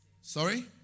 Sorry